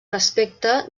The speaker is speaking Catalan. respecte